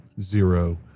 zero